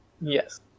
Yes